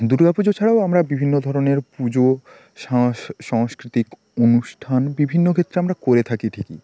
দুর্গা পুজো ছাড়াও আমরা বিভিন্ন ধরনের পুজো সাংস্কৃতিক অনুষ্ঠান বিভিন্ন ক্ষেত্রে আমরা করে থাকি ঠিকই